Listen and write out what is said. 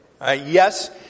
Yes